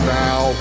now